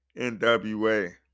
NWA